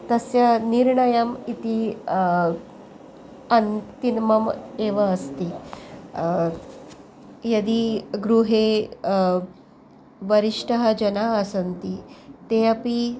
तस्य निर्णयम् इति अन्तिमम् एव अस्ति यदि गृहे वरिष्ठाः जनाः सन्ति ते अपि